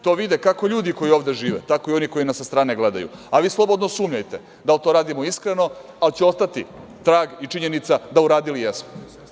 To vide, kako ljudi koji ovde žive, tako i oni koji nas sa strane gledaju, a vi slobodno sumnjajte da li to radimo iskreno, ali će ostati trag i činjenica da uradili jesmo.